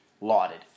lauded